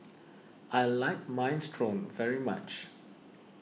I like Minestrone very much